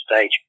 stage